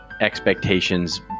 expectations